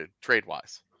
trade-wise